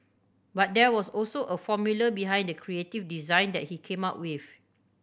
but there was also a formula behind the creative design that he came up with